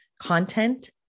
Content